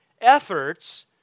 efforts